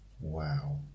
Wow